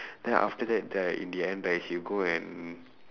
then after that right in the end right he'll go and